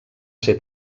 ser